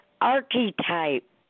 Archetype